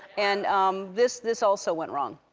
and um this this also went wrong.